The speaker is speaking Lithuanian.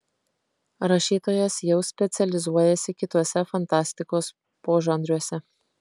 rašytojas jau specializuojasi kituose fantastikos požanriuose